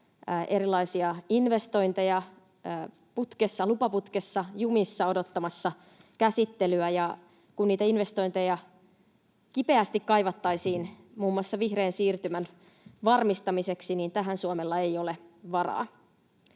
erilaisia investointeja lupaputkessa jumissa odottamassa käsittelyä. Kun niitä investointeja kipeästi kaivattaisiin muun muassa vihreän siirtymän varmistamiseksi, tähän Suomella ei ole varaa.